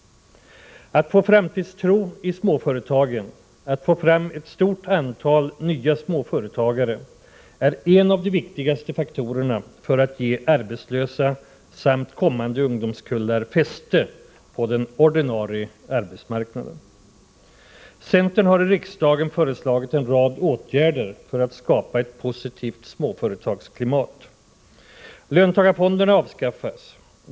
Att få framtidstro i småföretagen, att få fram ett stort antal nya småföretagare, är en av de viktigaste faktorerna för att ge arbetslösa samt kommande ungdomskullar fäste på den ordinarie arbetsmarknaden. Centern har i riksdagen föreslagit en rad åtgärder för att skapa ett positivt småföretagsklimat. — Löntagarfonderna avskaffas.